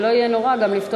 ולא פלא, מה אני הולך להצביע.